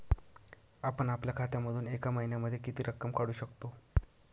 आपण आपल्या खात्यामधून एका महिन्यामधे किती रक्कम काढू शकतो?